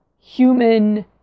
human